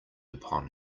upon